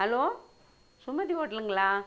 hello Sumathi ஹோட்டலுங்களா